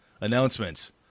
Announcements